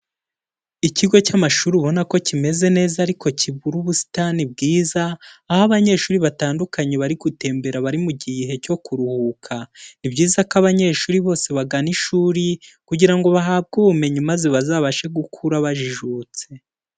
Ikigo cy'amashuri ubona ko kimeze neza ariko kibura ubusitani bwiza, aho abanyeshuri batandukanye bari gutembera, bari mu gihe cyo kuruhuka. Ni byiza ko abanyeshuri bose bagana ishuri kugira ngo bahabwe ubumenyi maze bazabashe gukura bajijutse.